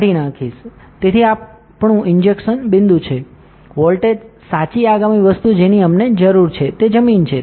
તેથી આ આપણું ઇન્જેક્શન બિંદુ છે વોલ્ટેજ સાચી આગામી વસ્તુ જેની અમને જરૂર છે તે જમીન છે